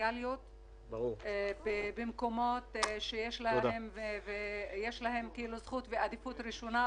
דיפרנציאליים למקומות שיש להם זכות ועדיפות ראשונה,